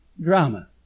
drama